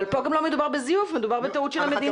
אבל פה גם לא מדובר בזיוף, מדובר בטעות של המדינה.